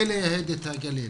ולייהד את הגליל.